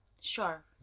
Sure